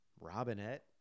Robinette